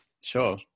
sure